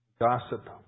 Gossip